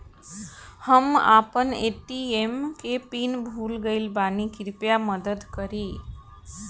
हम आपन ए.टी.एम के पीन भूल गइल बानी कृपया मदद करी